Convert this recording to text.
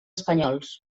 espanyols